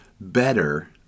better